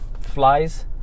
flies